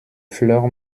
fleurs